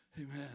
Amen